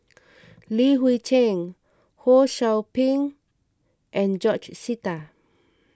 Li Hui Cheng Ho Sou Ping and George Sita